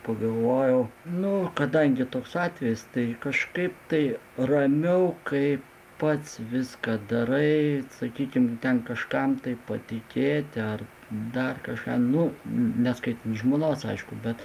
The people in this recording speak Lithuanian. pagalvojau nu kadangi toks atvejis tai kažkaip tai ramiau kai pats viską darai sakykim ten kažkam tai patikėti ar dar kažką nu nes kaip žmonos aišku bet